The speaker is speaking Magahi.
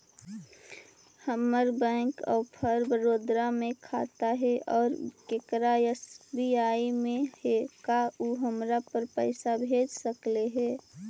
हमर बैंक ऑफ़र बड़ौदा में खाता है और केकरो एस.बी.आई में है का उ हमरा पर पैसा भेज सकले हे?